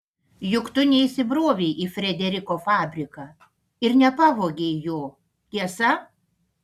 juk tu neįsibrovei į frederiko fabriką ir nepavogei jo tiesa